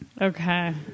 Okay